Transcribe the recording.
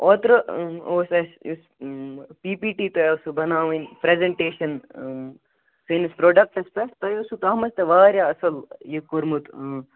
اوترٕاوس اَسہِ use P P T تۄہہِ ٲسو بَناوٕنۍ پریزنٹیشن سٲنس پروڑکٹس پیٹھ تۄہہِ ٲسٕو تتھ منز تہِ واریاہ اصل یہِ کوٚرمُت